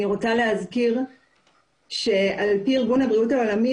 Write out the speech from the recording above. אני רוצה להזכיר שעל פי ארגון הבריאות העולמי,